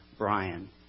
Brian